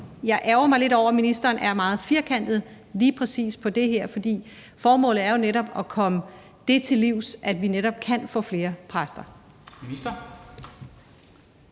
jeg ærgrer mig lidt over, at ministeren er meget firkantet på lige præcis det her, for formålet er netop at komme det til livs, så vi netop kan få flere præster.